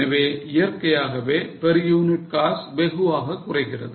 எனவே இயற்கையாகவே per unit cost வெகுவாக குறைகிறது